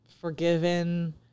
forgiven